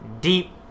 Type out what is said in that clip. deep